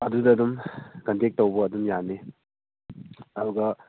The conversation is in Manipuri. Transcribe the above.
ꯑꯗꯨꯗ ꯑꯗꯨꯝ ꯀꯟꯇꯦꯛ ꯇꯧꯕ ꯑꯗꯨꯝ ꯌꯥꯅꯤ ꯑꯗꯨꯒ